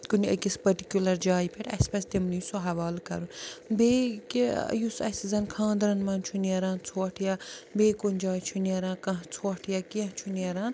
کُنہِ أکِس پٔرٹِکیٛوٗلَر جایہِ پٮ۪ٹھ اسہِ پَزِ تمنٕے سُہ حوالہٕ کَرُن بیٚیہِ کہِ یُس اسہِ زَن خانٛدرَن منٛز چھُ نیران ژھۄٹھ یا بیٚیہِ کُنہِ جایہِ چھُ نیران کانٛہہ ژھۄٹھ یا کیٚنٛہہ چھُ نیران